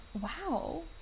Wow